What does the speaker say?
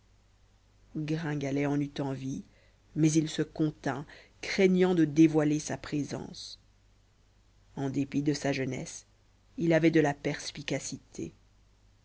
gringalet en eut envie mais il se contint craignant de dévoiler sa présence en dépit de sa jeunesse il avait de la perspicacité